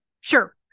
Sure